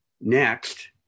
next